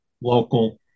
local